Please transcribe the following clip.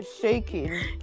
shaking